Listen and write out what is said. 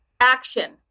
action